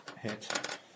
hit